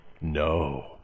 No